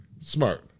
Smart